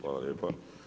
Hvala lijepa.